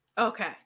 Okay